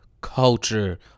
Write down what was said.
culture